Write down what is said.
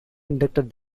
inducted